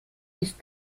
ist